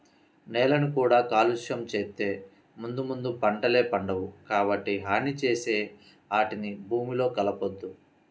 నేలని కూడా కాలుష్యం చేత్తే ముందు ముందు పంటలే పండవు, కాబట్టి హాని చేసే ఆటిని భూమిలో కలపొద్దు